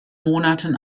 monaten